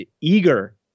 eager